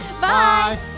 Bye